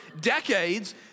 decades